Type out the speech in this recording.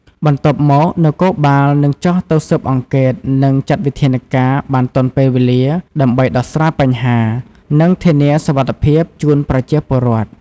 បន្ទាប់មក នគរបាលនឹងចុះទៅស៊ើបអង្កេត និងចាត់វិធានការបានទាន់ពេលវេលា ដើម្បីដោះស្រាយបញ្ហា និងធានាសុវត្ថិភាពជូនប្រជាពលរដ្ឋ។